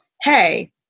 hey